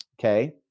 okay